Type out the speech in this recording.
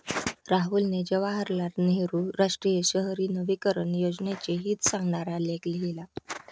राहुलने जवाहरलाल नेहरू राष्ट्रीय शहरी नवीकरण योजनेचे हित सांगणारा लेख लिहिला